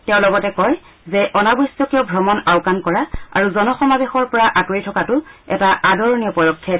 তেওঁ লগতে কয় যে অনাৱশ্যকীয় ভ্ৰমণ আওকাণ কৰা আৰু জনসমাৱেশৰ পৰা আঁতৰি থকা আদৰণীয় পদক্ষেপ